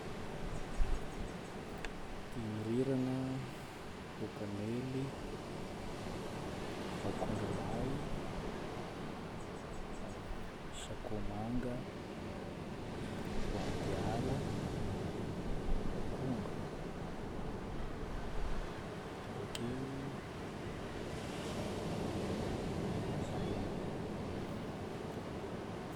Dimirirana, pôkanely, akondrolahy, sakoamanga, voangiala, akondro. Avakeo jamblon.